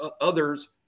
others